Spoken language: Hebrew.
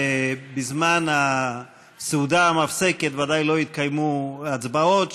בזמן הסעודה המפסקת בוודאי לא יתקיימו הצבעות,